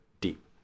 deep